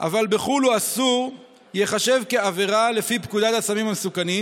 אבל בחו"ל הוא אסור ייחשב לעבירה לפי פקודת הסמים המסוכנים.